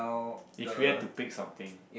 if you had to pick something